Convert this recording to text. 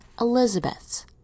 Elizabeth's